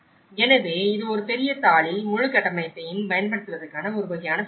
எனவே இது ஒரு பெரிய தாளில் முழு கட்டமைப்பையும் பயன்படுத்துவதற்கான ஒரு வகையான சுருக்கமாகும்